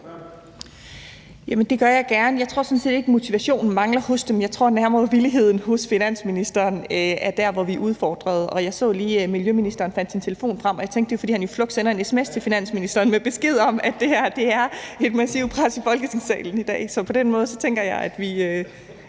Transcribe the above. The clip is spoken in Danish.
det gør jeg gerne. Jeg tror sådan set ikke, motivationen mangler hos dem. Jeg tror nærmere, at villigheden hos finansministeren er der, vi er udfordret. Jeg så lige, at miljøministeren fandt sin telefon frem, og jeg tænkte, at det var, fordi han fluks sendte en sms til finansministeren med besked om, at det her er et massivt pres i Folketingssalen i dag.